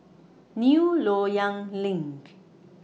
New Loyang LINK